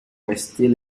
restés